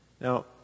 Now